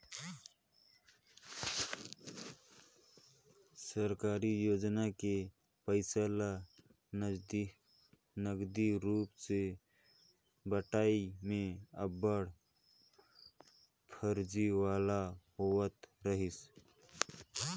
सरकारी योजना के पइसा ल नगदी रूप में बंटई में अब्बड़ फरजीवाड़ा होवत रहिस